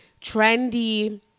trendy